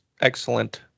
excellent